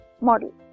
model